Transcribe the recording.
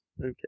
Okay